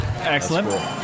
Excellent